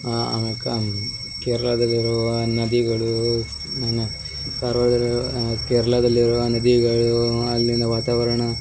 ಆಮೇಲೆ ಕ ಕೇರಳದಲ್ಲಿರುವ ನದಿಗಳು ಆಮೇಲೆ ಕಾರ್ವಾರದಲ್ಲಿರುವ ಕೇರಳದಲ್ಲಿರುವ ನದಿಗಳು ಅಲ್ಲಿನ ವಾತಾವರ್ಣ